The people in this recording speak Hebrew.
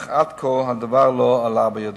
אך עד כה הדבר לא עלה בידו.